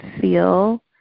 feel